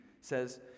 says